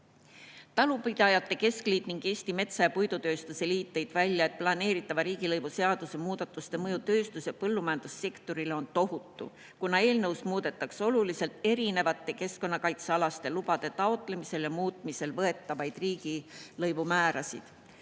Talupidajate keskliit ning Eesti Metsa‑ ja Puidutööstuse Liit tõid välja, et planeeritava riigilõivuseaduse muudatuste mõju tööstus‑ ja põllumajandussektorile on tohutu, kuna eelnõus muudetakse oluliselt erinevate keskkonnakaitsealaste lubade taotlemisel ja muutmisel võetavaid riigilõivumäärasid.